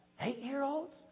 Eight-year-olds